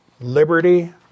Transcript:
liberty